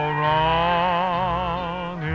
wrong